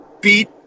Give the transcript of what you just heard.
beat